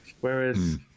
whereas